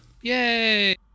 Yay